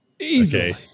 Easily